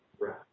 Right